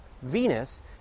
Venus